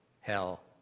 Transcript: hell